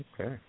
Okay